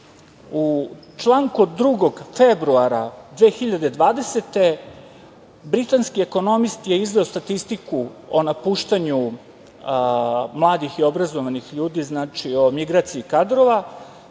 članku od 2. februara 2020. godine, britanski ekonomist je izveo statistiku o napuštanju mladih i obrazovanih ljudi, znači o migraciji kadrova,